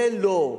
זה לא.